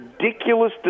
ridiculous